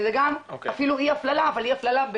וזה גם אפילו אי-הפללה אבל אי-הפללה,